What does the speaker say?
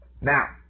Now